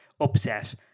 upset